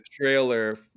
trailer